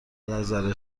نظر